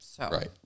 Right